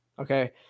Okay